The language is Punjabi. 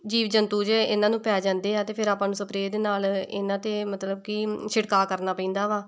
ਜੀਵ ਜੰਤੂ ਜੇ ਇਹਨਾਂ ਨੂੰ ਪੈ ਜਾਂਦੇ ਆ ਅਤੇ ਫਿਰ ਆਪਾਂ ਨੂੰ ਸਪਰੇਅ ਦੇ ਨਾਲ਼ ਇਹਨਾਂ 'ਤੇ ਮਤਲਬ ਕਿ ਛਿੜਕਾਅ ਕਰਨਾ ਪੈਂਦਾ ਵਾ